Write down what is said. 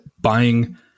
buying